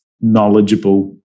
knowledgeable